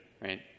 Right